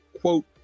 quote